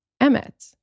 Emmet